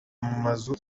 mazu